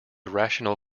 rational